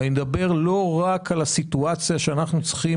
ואני מדבר לא רק על הסיטואציה שאנחנו צריכים